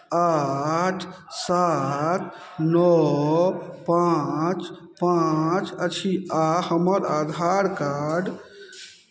आठ सात नओ पाँच पाँच अछि आ हमर आधार कार्ड